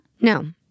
No